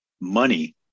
money